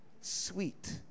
sweet